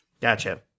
Gotcha